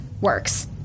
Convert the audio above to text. works